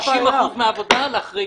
60% מהעבודה.